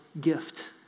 gift